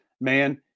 man